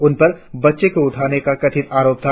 उन पर बच्चे को उठाने का खथित आरोप था